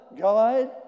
God